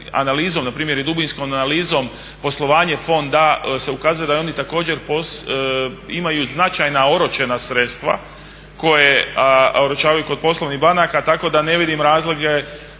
analizom npr. i dubinskom analizom poslovanje fonda se ukazuje da oni također imaju značajna oročena sredstva koja oročavaju kod poslovnih banaka. Tako da ne vidim razloge